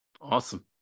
Awesome